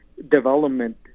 development